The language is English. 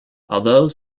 although